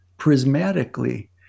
Prismatically